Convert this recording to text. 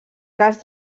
cas